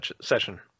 session